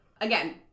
again